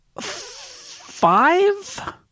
five